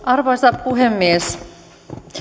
arvoisa puhemies